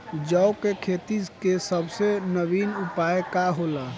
जौ के खेती के सबसे नीमन उपाय का हो ला?